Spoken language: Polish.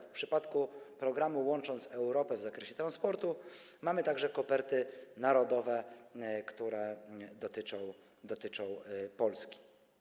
W przypadku programu „Łącząc Europę” w zakresie transportu mamy także koperty narodowe, które dotyczą Polski.